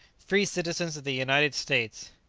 free citizens of the united states!